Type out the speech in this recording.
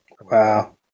Wow